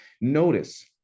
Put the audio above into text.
Notice